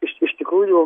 iš iš tikrųjų